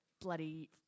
bloody